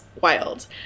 wild